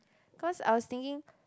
cause I was thinking